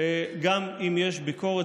גם אם יש ביקורת,